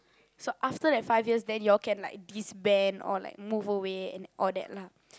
so after that five years then you all can like disband or like move away all that lah